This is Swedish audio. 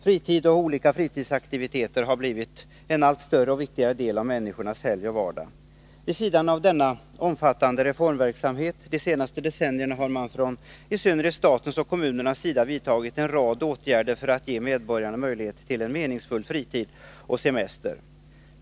Fritid och olika fritidsaktiviteter har blivit en allt större och viktigare del av människornas helg och vardag. Vid sidan av denna omfattande reformverksamhet under de senaste decennierna har man från i synnerhet statens och kommunernas sida vidtagit en mängd åtgärder för att ge medborgarna möjlighet till en meningsfull fritid och semester.